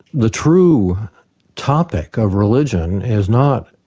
the true topic of religion is not